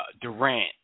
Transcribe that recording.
Durant